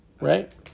Right